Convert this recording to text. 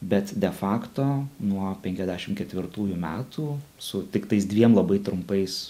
bet de fakto nuo penkiasdešim ketvirtųjų metų su tiktais dviem labai trumpais